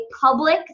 public